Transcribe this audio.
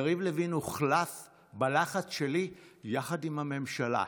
יריב לוין הוחלף בלחץ שלי יחד עם הממשלה.